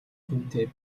хүнтэй